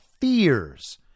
fears